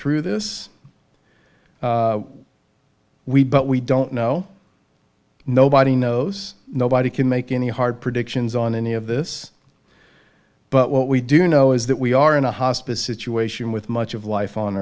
through this we but we don't know nobody knows nobody can make any hard predictions on any of this but what we do know is that we are in a hospice situation with much of life on